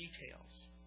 details